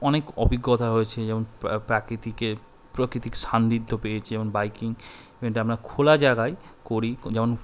অনেক অভিজ্ঞতা হয়েছে যেমন প্রাকৃতিকে প্রকৃতিক সান্নিধ্য পেয়েছে যেমন বাইকিং এটা আমরা খোলা জায়গায় করি যেমন